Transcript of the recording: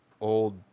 old